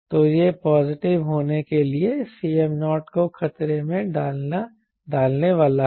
तो यह पॉजिटिव होने के लिए Cm0 को खतरे में डालने वाला है